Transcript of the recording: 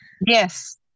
Yes